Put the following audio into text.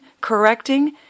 correcting